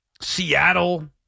Seattle